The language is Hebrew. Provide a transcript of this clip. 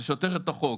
זה סותר את החוק.